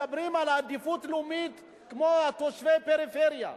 מדברים על עדיפות לאומית, כמו תושבי פריפריה,